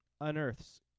unearths